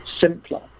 simpler